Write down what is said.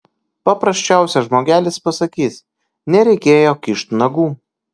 paprasčiausias žmogelis pasakys nereikėjo kišt nagų